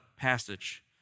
passage